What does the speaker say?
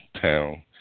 town